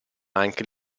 anche